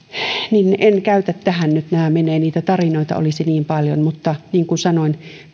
en käytä tähän nyt enempää aikaa niitä tarinoita olisi niin paljon mutta niin kuin sanoin